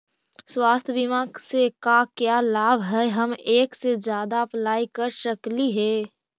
स्वास्थ्य बीमा से का क्या लाभ है हम एक से जादा अप्लाई कर सकली ही?